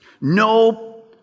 no